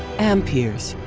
amperes,